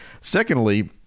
Secondly